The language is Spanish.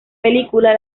película